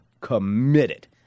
committed